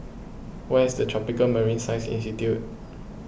where is Tropical Marine Science Institute